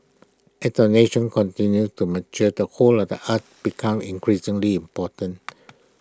at our nation continues to mature the whole of the arts becomes increasingly important